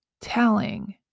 telling